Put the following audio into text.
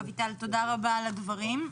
אביטל, תודה רבה על הדברים.